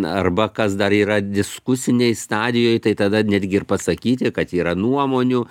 na arba kas dar yra diskusinėj stadijoj tai tada netgi ir pasakyti kad yra nuomonių